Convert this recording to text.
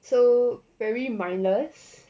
so very mindless